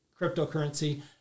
cryptocurrency